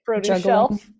juggling